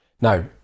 Now